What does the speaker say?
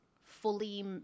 fully